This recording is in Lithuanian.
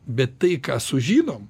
bet tai ką sužinom